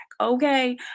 Okay